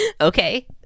okay